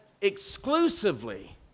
exclusively